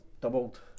doubled